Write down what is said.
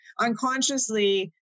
unconsciously